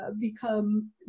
become